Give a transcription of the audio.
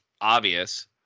obvious